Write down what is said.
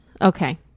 Okay